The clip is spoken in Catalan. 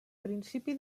principi